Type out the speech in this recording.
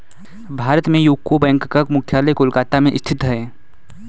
भारत में यूको बैंक का मुख्यालय कोलकाता में स्थित है